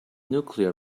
nuclear